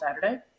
Saturday